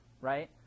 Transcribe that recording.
right